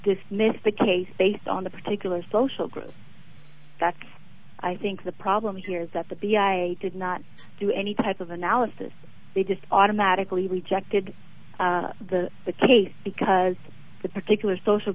dismiss the case based on the particular social group that i think the problem here is that the b i did not do any type of analysis they just automatically rejected the the case because the particular social